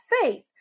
faith